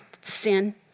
sin